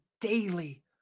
daily